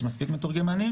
יש מספיק מתורגמנים.